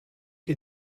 che